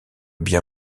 bien